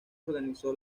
organizó